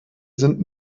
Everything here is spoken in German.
sind